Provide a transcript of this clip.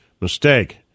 mistake